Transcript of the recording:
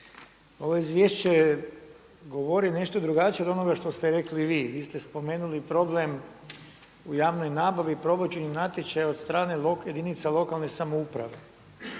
ovo izvješće govori nešto drugačije od onoga što ste rekli vi. Vi ste spomenuli problem u javnoj nabavi, provođenju natječaja od strane jedinica lokalne samouprave.